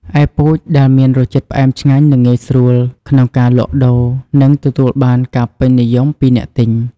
ឯពូជដែលមានរសជាតិផ្អែមឆ្ងាញ់ នឹងងាយស្រួលក្នុងការលក់ដូរ និងទទួលបានការពេញនិយមពីអ្នកទិញ។